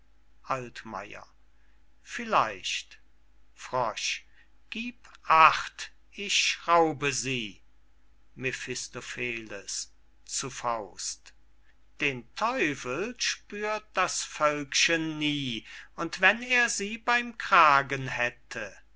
vielleicht gib acht ich schraube sie mephistopheles zu faust den teufel spürt das völkchen nie und wenn er sie beym kragen hätte